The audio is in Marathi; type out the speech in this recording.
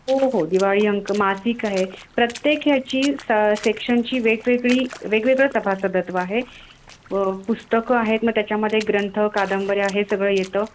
हो हो हो दिवाळी अंक मासिक आहे प्रत्येक ह्याची स सेक्शनची वेगवेगळी वेगवेगळं सभासदत्व आहे व पुस्तकं आहेत मग त्याच्यामध्ये ग्रंथ कादंबऱ्या हे सगळं येतं